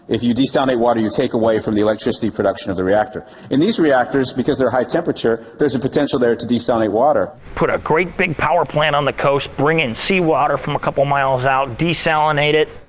if you desalinate water you take away from the electricity production of the reactor. in these, because they're high temperature, there is a potential there to desalinate water put a great big power plant on the coast. bring in seawater from a couple miles out. desalinate it.